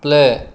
play